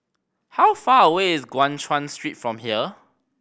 how far away is Guan Chuan Street from here